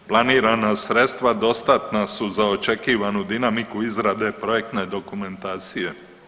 Planirana sredstva dostatna su za očekivanu dinamiku izrade projektne dokumentacije.